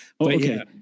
okay